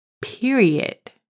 period